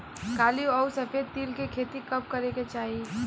काली अउर सफेद तिल के खेती कब करे के चाही?